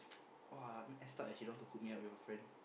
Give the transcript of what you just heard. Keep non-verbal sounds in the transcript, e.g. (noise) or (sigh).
(noise) !wah! messed up leh she don't want to hook me up with her friend